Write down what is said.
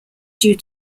due